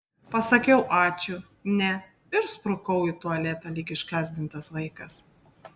pasakiau ačiū ne ir sprukau į tualetą lyg išgąsdintas vaikas